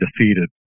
defeated